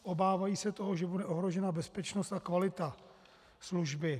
Obávají se toho, že bude ohrožena bezpečnost a kvalita služby.